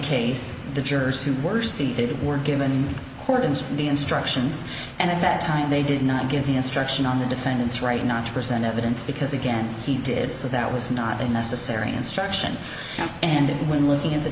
case the jurors who were seated were given in court and the instructions and at that time he did not get the instruction on the defendant's right not to present evidence because again he did so that was not a necessary instruction and when looking